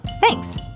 Thanks